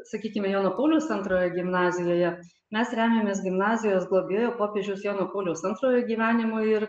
sakykime jono pauliaus antrojo gimnazijoje mes remiamės gimnazijos globėjo popiežiaus jono pauliaus antrojo gyvenimu ir